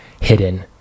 hidden